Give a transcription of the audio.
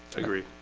agree,